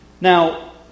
Now